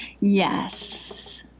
Yes